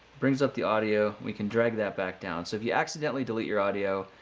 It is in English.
brings up the audio, we can drag that back down. so, if you accidentally delete your audio,